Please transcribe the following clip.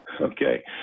Okay